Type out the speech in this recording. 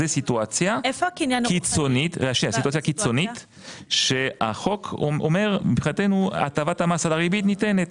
זו סיטואציה קיצונית שהחוק אומר שמבחינתנו הטבת המס על הריבית ניתנת